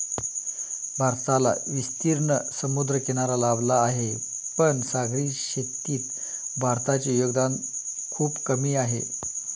भारताला विस्तीर्ण समुद्रकिनारा लाभला आहे, पण सागरी शेतीत भारताचे योगदान खूप कमी आहे